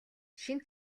шинэ